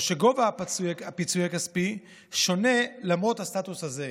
או שגובה הפיצוי הכספי שונה למרות הסטטוס הזהה.